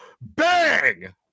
Bang